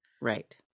right